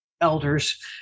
elders